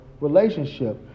relationship